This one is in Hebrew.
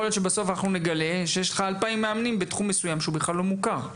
יכול להיות שבסוף נגלה שיש לנו 2,000 מאמנים בתחום שהוא בכלל לא מוכר.